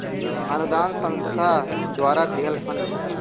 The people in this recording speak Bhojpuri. अनुदान संस्था द्वारा दिहल फण्ड होला